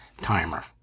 timer